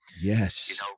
Yes